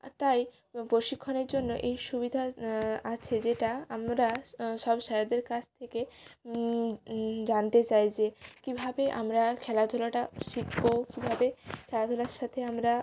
আর তাই প্রশিক্ষণের জন্য এই সুবিধার আছে যেটা আমরা সব স্যারেদের কাছ থেকে জানতে চাই যে কীভাবে আমরা খেলাধুলাটা শিখবো কীভাবে খেলাধুলার সাথে আমরা